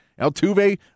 Altuve